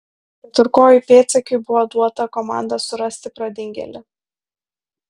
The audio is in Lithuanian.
keturkojui pėdsekiui buvo duota komanda surasti pradingėlį